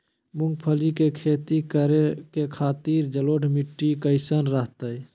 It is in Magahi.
मूंगफली के खेती करें के खातिर जलोढ़ मिट्टी कईसन रहतय?